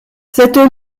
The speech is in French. cette